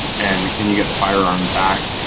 and and can you get the firearm back?